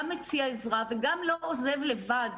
גם מציע עזרה וגם לא עוזב לבד.